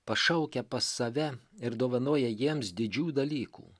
pašaukia pas save ir dovanoja jiems didžių dalykų